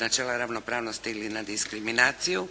načela ravnopravnosti ili na diskriminaciju